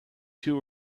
two